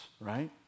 right